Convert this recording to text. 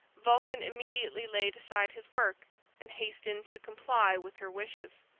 vulcan immediately laid aside his work and hastened to comply with her wishes.